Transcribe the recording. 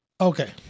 Okay